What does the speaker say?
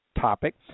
topic